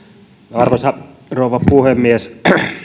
arvoisa rouva puhemies